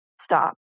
stop